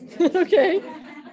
okay